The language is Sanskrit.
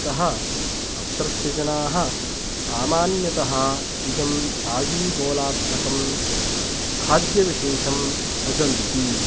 अतः अत्रत्यजनाः सामान्यतः इदं रागीगोलात्मकं खाद्यविशेषं अदन्ति